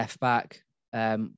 Left-back